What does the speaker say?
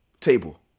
table